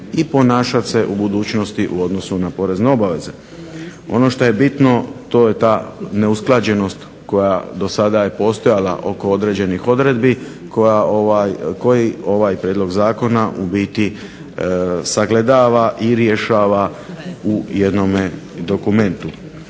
i ponašati u budućnosti u odnosu na porezne obaveze. Ono što je bitno to je ta neusklađenost koja je do sada postojala oko određenih odredbi koji ovaj prijedlog zakona u biti sagledava i rješava u jednom dokumentu.